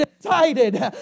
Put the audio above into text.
decided